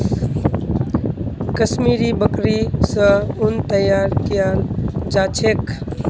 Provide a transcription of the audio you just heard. कश्मीरी बकरि स उन तैयार कियाल जा छेक